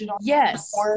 yes